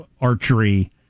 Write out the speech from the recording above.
archery